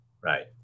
Right